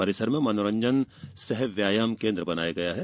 परिसर में मनोरंजन सह व्यायाम केन्द्र बनाया गया है